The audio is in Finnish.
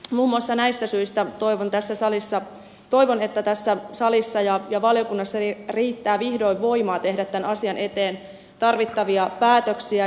muun muassa näistä syistä toivon että tässä salissa ja valiokunnassa riittää vihdoin voimaa tehdä tämän asian eteen tarvittavia päätöksiä